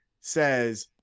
says